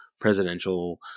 presidential